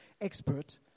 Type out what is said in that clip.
expert